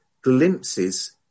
glimpses